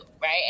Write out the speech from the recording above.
right